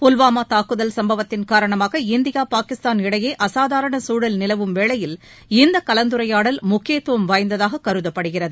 புல்வாமா தாக்குதல் சம்பவத்தின் காரணமாக இந்தியா பாகிஸ்தான் இடையே அசாதாரண குழல் நிலவும் வேளையில் இந்த கலந்துரையாடல் முக்கியத்துவம் வாய்ந்ததாகக் கருதப்படுகிறது